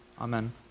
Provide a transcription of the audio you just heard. Amen